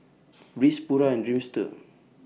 Breeze Pura and Dreamster